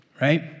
right